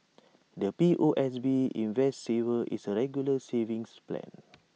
the P O S B invest saver is A regular savings plan